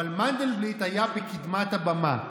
אבל מנדלבליט היה בקדמת הבמה,